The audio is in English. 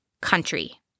country